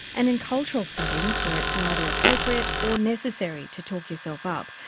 and in cultural settings where it's neither appropriate or necessary to talk yourself up,